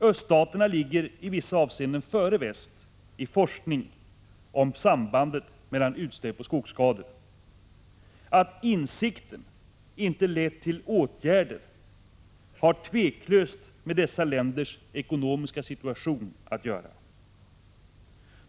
Öststaterna ligger i vissa avseenden före väst i forskningen om sambandet mellan utsläpp och skogsskador. Att insikten inte lett till åtgärder har tveklöst med dessa länders ekonomiska situation att göra.